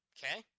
Okay